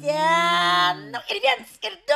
aaa ir viens ir du